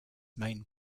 main